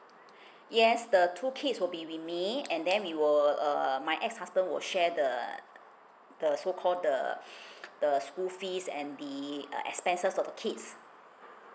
yes the two kids will be with me and then we will uh my ex husband will share the the so called the the school fees and the uh expenses of kids